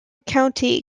county